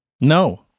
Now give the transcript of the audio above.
No